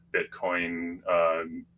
Bitcoin